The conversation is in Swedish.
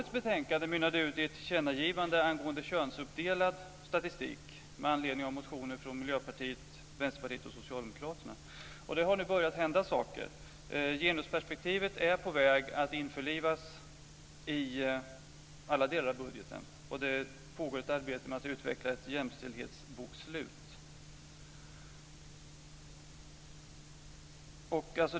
Socialdemokraterna. Det har nu börjat hända saker. Genusperspektivet är på väg att införlivas i alla delar av budgeten, och det pågår ett arbete med att utveckla ett jämställdhetsbokslut.